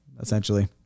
essentially